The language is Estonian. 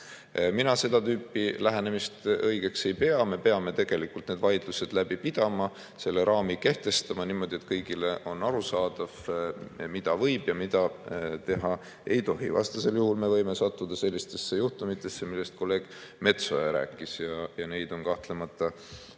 Mina seda tüüpi lähenemist õigeks ei pea. Me peame tegelikult need vaidlused ära pidama, selle raami kehtestama, niimoodi, et kõigile on arusaadav, mida võib teha ja mida ei tohi. Vastasel juhul me võime sattuda sellistesse olukordadesse, millest kolleeg Metsoja rääkis. Ja neid on kahtlemata veel.